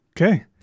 Okay